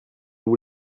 vous